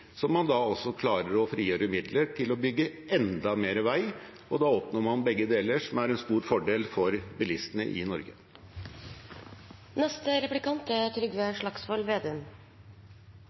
som man også klarer å frigjøre midler til å bygge enda mer vei. Da oppnår man begge deler, noe som er en stor fordel for bilistene i